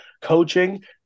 coaching